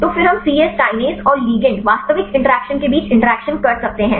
तो फिर हम C Yes किनसे और लिगैंड वास्तविक इंटरैक्शन के बीच इंटरैक्ट कर सकते हैं